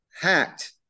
hacked